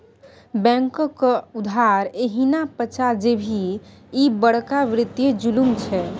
बैंकक उधार एहिना पचा जेभी, ई बड़का वित्तीय जुलुम छै